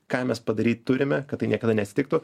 ką mes padaryt turime kad tai niekada neatsitiktų